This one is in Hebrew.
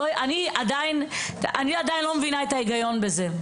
אני עדיין לא מבינה את ההיגיון בזה,